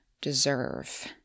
deserve